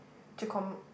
to come